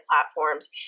platforms